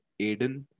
Aiden